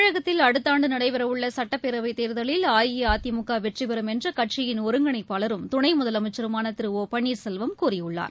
தமிழகத்தில் அடுத்தஆண்டுநடைபெறவுள்ளசுட்டப்பேரவைத் தேர்தலில் அஇஅதிமுகவெற்றிபெறும் என்றுகட்சியின் ஒருங்கிணைப்பாளரும் துணைமுதலமைச்சருமானதிருஒபன்வீர்செல்வம் கூறியுள்ளார்